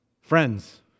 friends